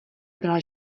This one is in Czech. byla